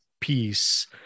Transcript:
piece